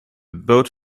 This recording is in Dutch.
boot